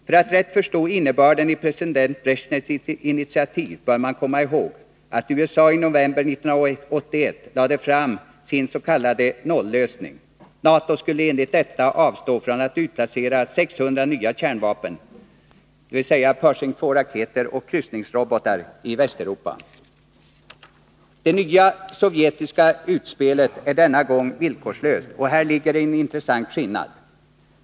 För att rätt förstå innebörden i president Bresjnevs initiativ bör man komma ihåg att USA i november 1981 lade fram sin s.k. nollösning. NATO skulle enligt detta avstå från att utplacera 600 nya kärnvapen, Pershing 2-raketer och kryssningsrobotar i Västeuropa. Det nya sovjetiska utspelet är denna gång villkorslöst, och här ligger en intressant skillnad.